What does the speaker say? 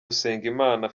usengimana